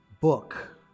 book